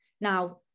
Now